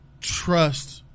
trust